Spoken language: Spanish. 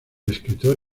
escritor